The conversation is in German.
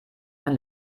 mein